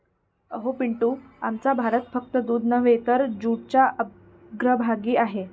अहो पिंटू, आमचा भारत फक्त दूध नव्हे तर जूटच्या अग्रभागी आहे